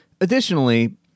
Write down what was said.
Additionally